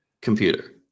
computer